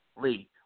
Lee